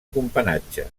companatge